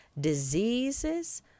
diseases